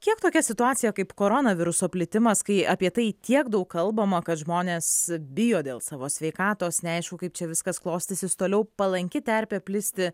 kiek tokia situacija kaip koronaviruso plitimas kai apie tai tiek daug kalbama kad žmonės bijo dėl savo sveikatos neaišku kaip čia viskas klostysis toliau palanki terpė plisti